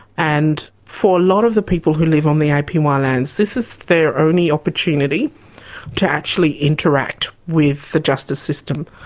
and for a lot of the people who live on the apy ah lands this is their only opportunity to actually interact with the justice system,